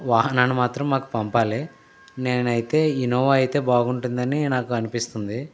వాహనాన్ని మాత్రం మాకు పంపాలి నేనైతే ఇనోవా అయితే బాగుంటుందని నాకు అనిపిస్తుంది